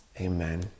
amen